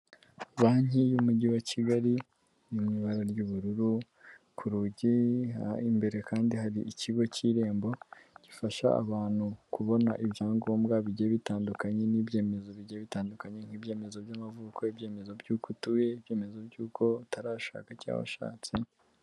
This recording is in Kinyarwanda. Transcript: Banki y'umujyi wa Kigali iri mu ibara ry'ubururu ku rugi imbere kandi hari ikigo k'irembo gifasha abantu kubona ibyangombwa bigiye bitandukanye n'ibyemezo bigiye bitandukanye nk'ibyemezo by'amavuko, ibyemezo by'uko utuye, ibyemezo by'uko utarashaka cya washatse.